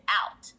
out